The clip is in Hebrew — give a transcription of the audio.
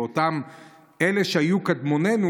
לאותם אלה שהיו קדמונינו,